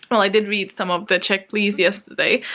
well, i did read some of the check, please yesterday.